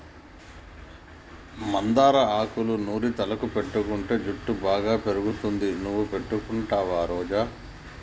మందార ఆకులూ నూరి తలకు పెటితే జుట్టు బాగా పెరుగుతుంది నువ్వు పెట్టుకుంటావా రోజా